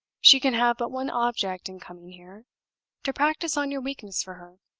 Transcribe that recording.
she can have but one object in coming here to practice on your weakness for her.